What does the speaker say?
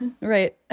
Right